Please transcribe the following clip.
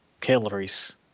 calories